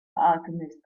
alchemist